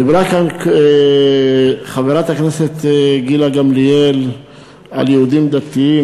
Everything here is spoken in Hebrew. דיברה כאן חברת הכנסת גילה גמליאל על יהודים דתיים,